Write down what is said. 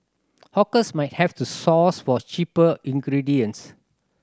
hawkers might have to source for cheaper ingredients